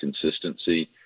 consistency